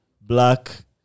black